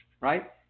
right